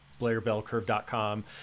BlairBellCurve.com